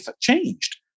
changed